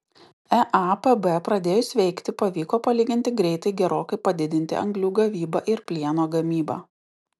eapb pradėjus veikti pavyko palyginti greitai gerokai padidinti anglių gavybą ir plieno gamybą